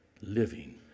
living